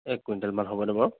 এক কুইণ্টেলমান হ'বনে বাৰু